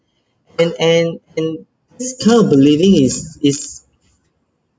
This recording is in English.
and and and this kind of believing is is